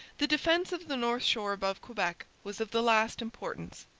the defence of the north shore above quebec was of the last importance.